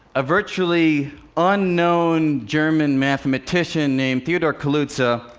a virtually unknown german mathematician, named theodor kaluza